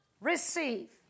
receive